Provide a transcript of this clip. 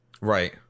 right